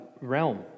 realm